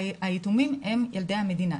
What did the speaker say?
היתומים הם ילדי המשפחה,